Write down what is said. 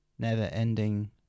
never-ending